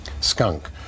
skunk